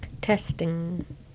Testing